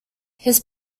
his